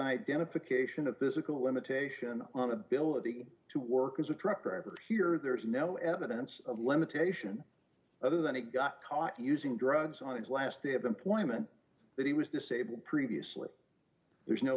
identification that this is a limitation on ability to work as a truck driver here there is no evidence of limitation other than he got caught using drugs on his last day of them claiming that he was disabled previously there's no